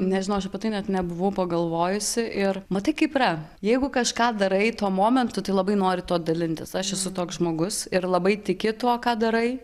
nežinau aš apie tai net nebuvau pagalvojusi ir matai kaip yra jeigu kažką darai tuo momentu tai labai nori tuo dalintis aš esu toks žmogus ir labai tiki tuo ką darai